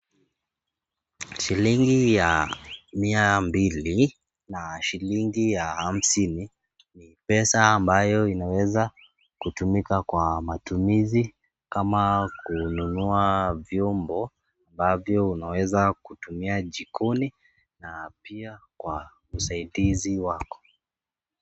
Shilingi ya mia mbili na shilingi ya hamsini ni pesa ambayo inaweza tumika kwa matumizi kama kununua vyomo alafu unaweza kutumia jikoni na pia kwa usaidizi wako.